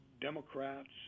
Democrats